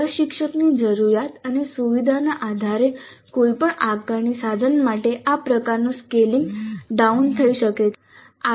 પ્રશિક્ષકની જરૂરિયાત અને સુવિધાના આધારે કોઈપણ આકારણી સાધન માટે આ પ્રકારનું સ્કેલિંગ ડાઉન થઈ શકે છે